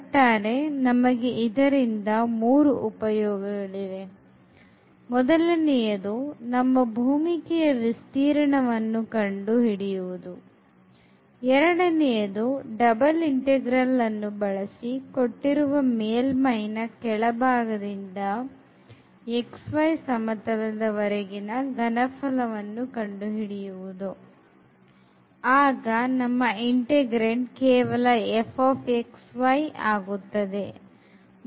ಒಟ್ಟಾರೆ ನಮಗೆ ಇದರ ಇದರಿಂದ ಮೂರು ಉಪಯೋಗಗಳಿವೆ ಮೊದಲನೆಯದು ನಮ್ಮ ಭೂಮಿಕೆಯ ವಿಸ್ತೀರ್ಣವನ್ನು ಕಂಡು ಹಿಡಿಯುವುದು ಎರಡನೆಯದು ಡಬಲ್ ಇಂಟೆಗ್ರಲ್ ಅನ್ನು ಬಳಸಿ ಕೊಟ್ಟಿರುವ ಮೇಲ್ಮೈನ ಕೆಳಭಾಗ ದಿಂದ xy ಸಮತಲದ ವರೆಗಿನ ಘನಫಲ ವನ್ನು ಕಂಡು ಹಿಡಿಯುವುದು ಆಗ ನಮ್ಮ integrand ಕೇವಲ fx y ಆಗುತ್ತದೆ